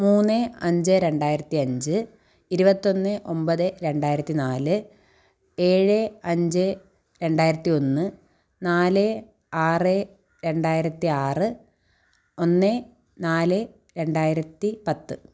മൂന്ന് അഞ്ച് രണ്ടായിരത്തി അഞ്ച് ഇരുപത്തൊന്ന് ഒമ്പത് രണ്ടായിരത്തി നാല് ഏഴ് അഞ്ച് രണ്ടായിരത്തി ഒന്ന് നാല് ആറ് രണ്ടായിരത്തി ആറ് ഒന്ന് നാല് രണ്ടായിരത്തി പത്ത്